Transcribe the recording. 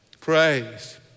Praise